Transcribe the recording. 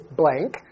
blank